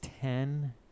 ten